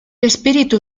espíritu